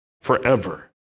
forever